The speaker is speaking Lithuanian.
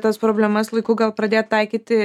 tas problemas laiku gal pradėti taikyti